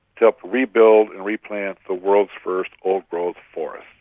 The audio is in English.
to help rebuild and replant the world's first old growth forests.